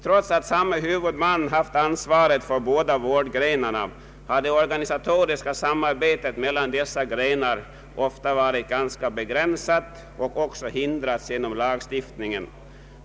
Trots att samme huvudman haft ansvaret för båda vårdgrenarna har det organisatoriska samarbetet mellan dessa grenar ofta varit ganska begränsat och även hindrats genom lagstiftningen.